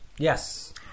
Yes